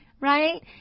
Right